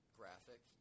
graphic